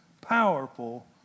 powerful